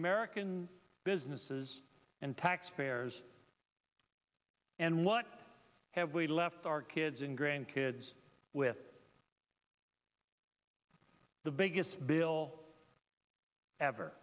american businesses and taxpayers and what have we left our kids and grandkids with the biggest bill ever